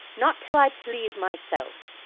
not till i please myself.